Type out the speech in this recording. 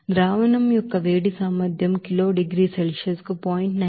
liquid యొక్క heat capacity kilo degree Celsius కు 0